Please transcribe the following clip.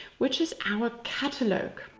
which is our catalogue.